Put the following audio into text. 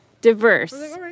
Diverse